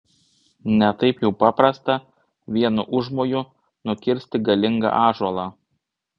ne taip jau paprasta vienu užmoju nukirsti galingą ąžuolą